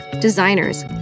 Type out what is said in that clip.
designers